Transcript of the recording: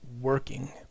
working